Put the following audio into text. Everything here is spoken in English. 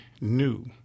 new